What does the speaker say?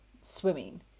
swimming